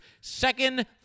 second